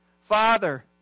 father